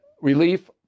relief